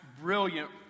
brilliant